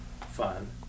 fun